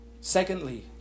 Secondly